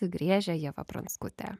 griežia ieva pranskutė